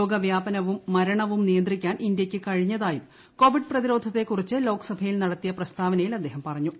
രോഗവ്യാപനവും മരണവും നിയന്ത്രിക്കാൻ ഇന്ത്യക്ക് കഴിഞ്ഞതായും കോവിഡ് പ്രതിരോധത്തെ കുറിച്ച് ലോക്സഭയിൽ നടത്തിയ പ്രസ്താവനയിൽ അദ്ദേഹം പറഞ്ഞു